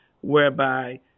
whereby